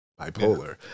Bipolar